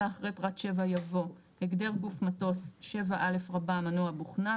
(4) אחרי פרט (7) יבוא: "הגדר גוף מטוס 7(א) מנוע בוכנה,